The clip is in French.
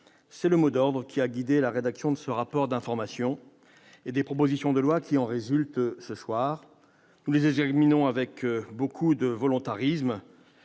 titre, le mot d'ordre qui a guidé la rédaction de ce rapport d'information et des propositions de loi qui en résultent. Nous les examinons ce soir avec beaucoup de volonté,